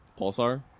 Pulsar